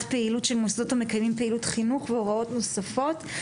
פעילות של מוסדות המקיימים פעילות חינוך והוראות נוספות.